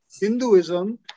Hinduism